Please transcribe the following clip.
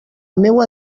meua